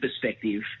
perspective